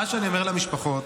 מה שאני אומר למשפחות